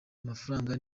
amafaranga